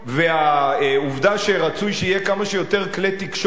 והעובדה שרצוי שיהיו כמה שיותר כלי תקשורת,